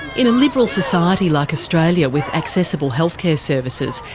in a liberal society like australia with accessible healthcare services,